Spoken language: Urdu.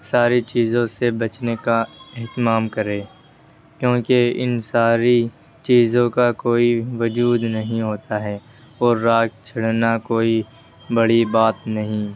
ساری چیزوں سے بچنے کا اہتمام کرے کیونکہ ان ساری چیزوں کا کوئی وجود نہیں ہوتا ہے اور راگ چھڑنا کوئی بڑی بات نہیں